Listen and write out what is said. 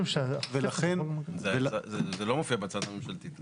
זה לא מופיע בהצעה הממשלתית.